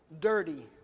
dirty